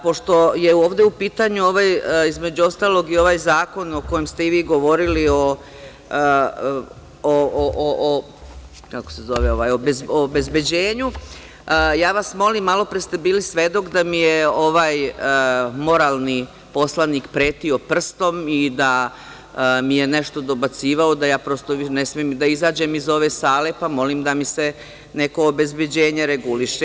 Pošto je ovde u pitanju, između ostalog, i ovaj zakon o kojem ste i vi govorili, o obezbeđenju, ja vas molim, malopre ste bili svedok da mi je ovde ovaj moralni poslanik pretio prstom i da mi je nešto dobacivao i ja, prosto, ne smem da izađem iz ove sale, pa molim da mi se neko obezbeđenje reguliše.